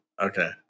okay